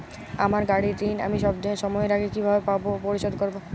আমার গাড়ির ঋণ আমি সময়ের আগে কিভাবে পরিশোধ করবো?